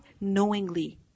knowingly